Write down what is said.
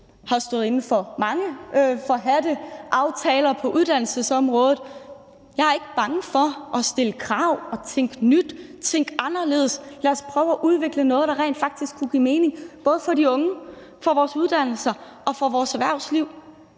har stået inden for mange forhadte aftaler på uddannelsesområdet. Jeg er ikke bange for at stille krav og tænke nyt og tænke anderledes. Lad os prøve at udvikle noget, der rent faktisk kunne give mening – både for de unge, for vores uddannelser og for vores erhvervsliv.